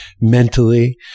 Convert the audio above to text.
mentally